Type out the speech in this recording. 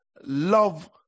love